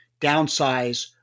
downsize